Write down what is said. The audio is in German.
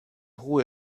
hohe